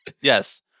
Yes